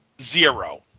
Zero